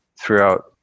throughout